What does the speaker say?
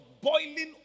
boiling